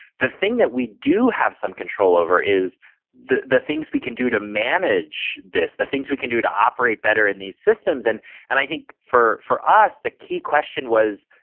the thing that we do have some control over is the the things we can do to manage this, the things we can do to operate better in these systems, and and i think for for us, the key question was,